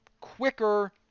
quicker